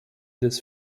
des